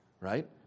right